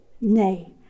Nay